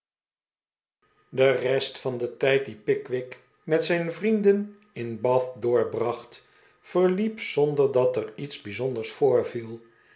de rest van den tijd dien pickwick met zijn vrienden in bath doorbracht verliep zonder dat er iets bijzonders voorviel